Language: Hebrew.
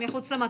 מחוץ למטוס.